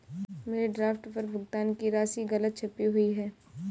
मेरे ड्राफ्ट पर भुगतान की राशि गलत छपी हुई है